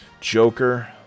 Joker